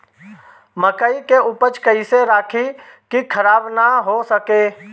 मकई के उपज कइसे रखी की खराब न हो सके?